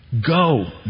Go